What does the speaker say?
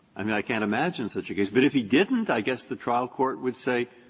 i mean, i can't imagine such a case. but if he didn't, i guess the trial court would say,